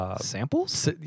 Samples